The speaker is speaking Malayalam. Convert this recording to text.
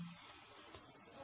എന്തുകൊണ്ട്